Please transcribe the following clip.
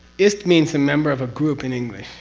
ist means a member of a group in english,